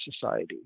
society